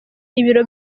ibiro